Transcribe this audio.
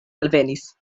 alvenis